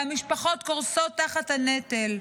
והמשפחות קורסות תחת הנטל.